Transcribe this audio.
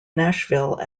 nashville